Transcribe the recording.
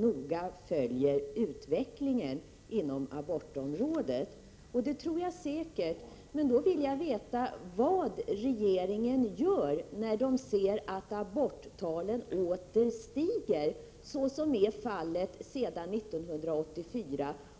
noga följer utvecklingen inom abortområdet. Det tror jag säkert, men jag vill veta vad regeringen gör då den ser att antalet aborter åter stiger, såsom fallet är sedan 1984.